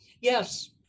Yes